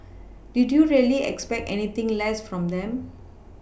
did you really expect anything less from them